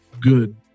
good